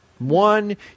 One